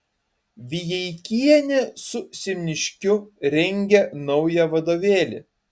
vijeikienė su simniškiu rengia naują vadovėlį